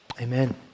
amen